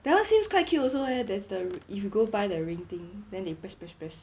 that one seems quite cute also eh there's the if you go buy the ring thing then they press press press